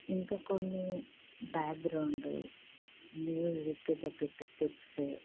ఇంకా కొన్ని background music తగ్గట్టు స్టెప్సు